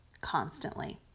constantly